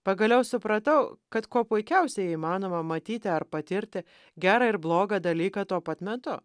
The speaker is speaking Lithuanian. pagaliau supratau kad kuo puikiausiai įmanoma matyti ar patirti gerą ir blogą dalyką tuo pat metu